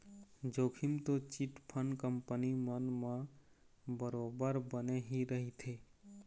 जोखिम तो chit fund company मन म बरोबर बने ही रहिथे